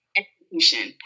execution